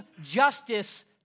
justice